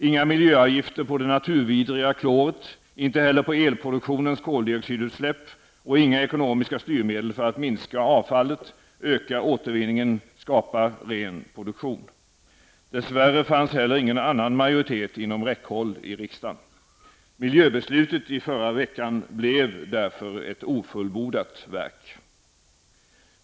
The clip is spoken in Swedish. Inga miljöavgifter på det naturvidriga kloret, inte heller på elproduktionens koldioxidutsläpp och inga ekonomiska styrmedel för att minska avfallet, öka återvinningen och skapa ren produktion. Dess värre fanns det heller ingen annan majoritet inom räckhåll i riksdagen. Miljöbeslutet i förra veckan blev därför ett ofullbordat verk.